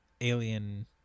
alien